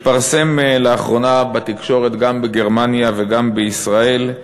התפרסם לאחרונה בתקשורת, גם בגרמניה וגם בישראל,